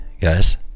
guys